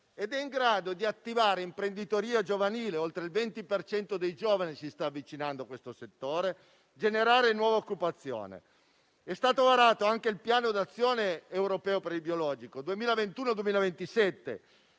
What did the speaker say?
ed è in grado di attivare imprenditoria giovanile (oltre il 20 per cento dei giovani si sta avvicinando a questo settore) e generare nuova occupazione. È stato varato anche il Piano d'azione europeo per il biologico 2021-2027,